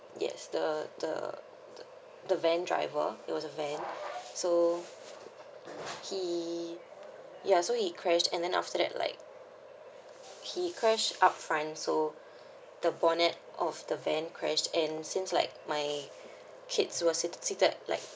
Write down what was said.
yes the the the the van driver it was a van so he ya so he crashed and then after that like he crashed out front so the bonnet of the van crashed and seems like my kids were seated seated like